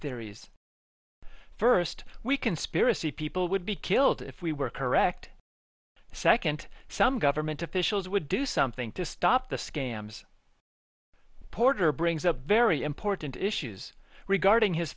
theories first we conspiracy people would be killed if we were correct the second some government officials would do something to stop the scams porter brings up very important issues regarding his